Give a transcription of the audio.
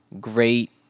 great